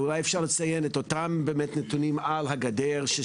אולי אפשר לציין את אותם נתונים על הגדר.